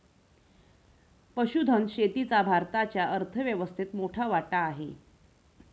पशुधन शेतीचा भारताच्या अर्थव्यवस्थेत मोठा वाटा आहे